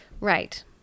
Right